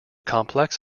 complex